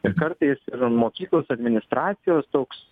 ir kartais ir mokyklos administracijos toks